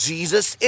Jesus